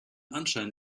anschein